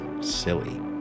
silly